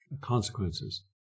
consequences